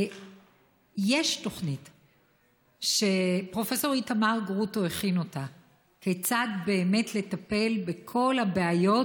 יש תוכנית שפרופ' איתמר גרוטו הכין כיצד באמת לטפל בכל הבעיות